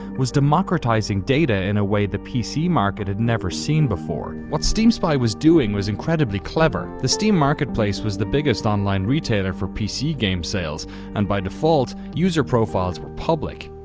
was democratizing data in a way the pc market had never seen before. what steam spy was doing was incredibly clever. the steam marketplace was the biggest online retailer for pc game sales and by default user profiles were public.